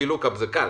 אפשר